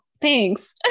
Thanks